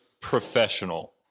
professional